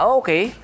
okay